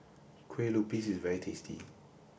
Kue Lupis is very tasty